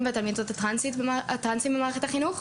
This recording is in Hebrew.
והתלמידות הטרנסים במערכת החינוך.